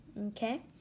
Okay